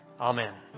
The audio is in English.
Amen